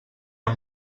amb